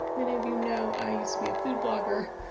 many of you know, i used to be a food blogger,